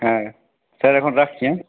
হ্যাঁ স্যার এখন রাখছি হ্যাঁ